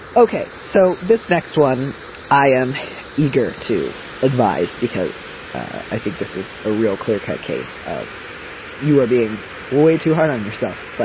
ok so this next one i am eager to advise because i think this is a real clear cut case of you are being way too hard on yourself. but